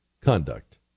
conduct